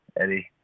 Eddie